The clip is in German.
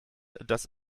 dass